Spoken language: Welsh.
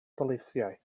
daleithiau